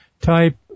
type